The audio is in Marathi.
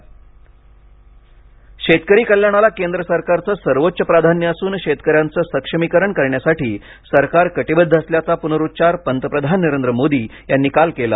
मोदी गजरात शेतकरी कल्याणाला केंद्र सरकारचं सर्वोच्च प्राधान्य असून शेतकऱ्यांचं सक्षमीकरण करण्यासाठी सरकार कटिबद्द असल्याचा पुनरुच्चार पंतप्रधान नरेंद्र मोदी यांनी काल केला